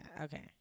okay